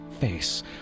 face